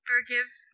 Forgive